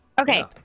Okay